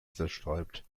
zerstäubt